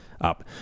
up